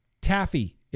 Taffy